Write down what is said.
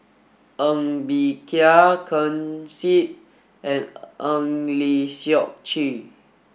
Ng Bee Kia Ken Seet and Eng Lee Seok Chee